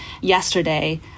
Yesterday